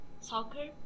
soccer